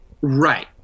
Right